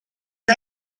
the